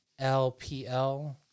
LPL